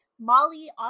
Molly